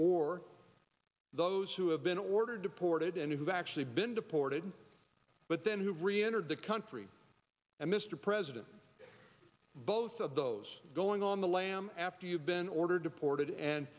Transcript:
or those who have been ordered deported and who've actually been deported but then who reentered the country and mr president both of those going on the lam after you've been ordered deported and